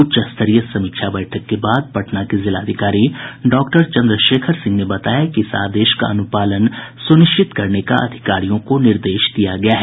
उच्च स्तरीय समीक्षा बैठक के बाद पटना के जिलाधिकारी डॉक्टर चन्द्रशेखर सिंह ने बताया कि इस आदेश का अन्पालन सुनिश्चित करने का अधिकारियों को निर्देश दिया गया है